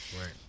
Right